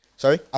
Sorry